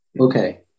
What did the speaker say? okay